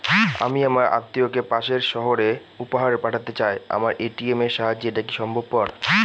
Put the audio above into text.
আমি আমার আত্মিয়কে পাশের সহরে উপহার পাঠাতে চাই আমার এ.টি.এম এর সাহায্যে এটাকি সম্ভবপর?